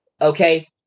Okay